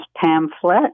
pamphlet